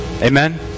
Amen